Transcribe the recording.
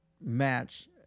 match